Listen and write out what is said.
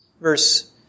Verse